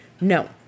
No